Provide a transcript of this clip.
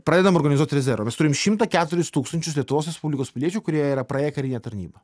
pradedam organizuoti rezervą mes turim šimtą keturis tūkstančius lietuvos respublikos piliečių kurie yra praėję karinę tarnybą